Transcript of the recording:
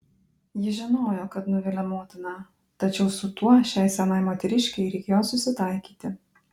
ji žinojo kad nuvilia motiną tačiau su tuo šiai senai moteriškei reikėjo susitaikyti